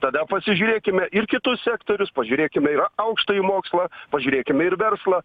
tada pasižiūrėkime ir kitus sektorius pažiūrėkime ir aukštąjį mokslą pažiūrėkime ir verslą